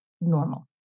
normal